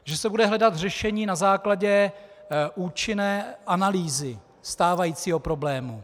Že se bude hledat řešení na základě účinné analýzy stávajícího problému.